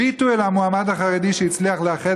הביטו אל המועמד החרדי שהצליח לאחד